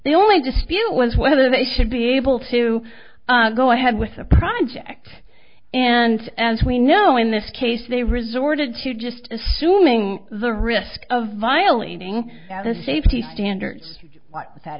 the only dispute was whether they should be able to go ahead with a project and as we know in this case they resorted to just assuming the risk of violating the safety standards